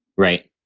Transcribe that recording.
right.